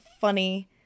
funny